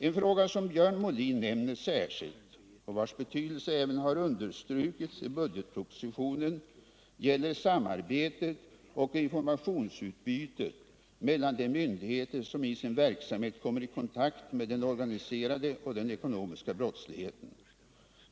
En fråga som Björn Molin nämner särskilt och vars betydelse även har understrukits i budgetpropositionen gäller samarbetet och informationsutbytet mellan de två myndigheter som i sin verksamhet kommer i kontakt med den organiserade och den ekonomiska brottsligheten.